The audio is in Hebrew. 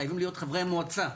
חייבים להיות חברי מועצה,